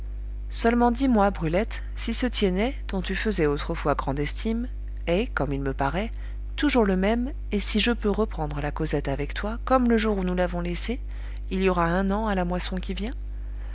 seulement dis-moi brulette si ce tiennet dont tu faisais autrefois grande estime est comme il me paraît toujours le même et si je peux reprendre la causette avec toi comme le jour où nous l'avons laissée il y aura un an à la moisson qui vient